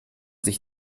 sich